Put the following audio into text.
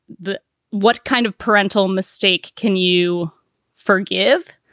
the what kind of parental mistake? can you forgive?